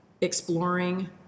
exploring